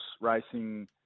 racing